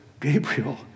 Gabriel